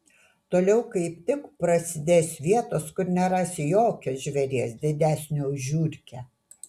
toliau kaip tik prasidės vietos kur nerasi jokio žvėries didesnio už žiurkę